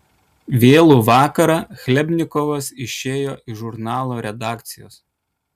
vėlų vakarą chlebnikovas išėjo iš žurnalo redakcijos